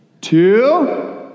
two